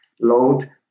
load